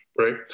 right